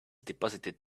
deposited